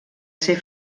ser